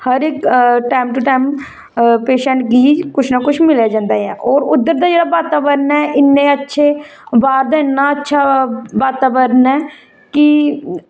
हर इक time to time patient गी कुछ ना कुछ मिलेआ जंदा ऐ और उद्धर दा जेहड़ा बाताबरण ऐ इने अच्छे बाहर दा इना अच्छा बाताबरण ऐ कि